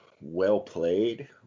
well-played